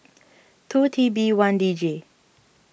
two T B one D J